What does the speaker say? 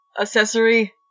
Accessory